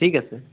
ঠিক আছে